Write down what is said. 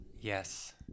Yes